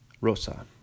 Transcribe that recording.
Rosa